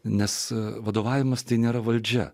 nes vadovavimas tai nėra valdžia